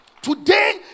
today